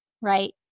right